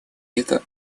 это